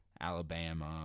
Alabama